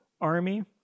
army